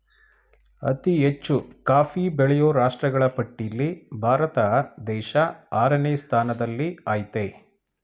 ಅತಿ ಹೆಚ್ಚು ಕಾಫಿ ಬೆಳೆಯೋ ರಾಷ್ಟ್ರಗಳ ಪಟ್ಟಿಲ್ಲಿ ಭಾರತ ದೇಶ ಆರನೇ ಸ್ಥಾನದಲ್ಲಿಆಯ್ತೆ